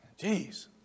Jeez